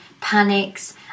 Panics